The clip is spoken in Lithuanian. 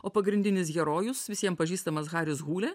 o pagrindinis herojus visiem pažįstamas haris hūlė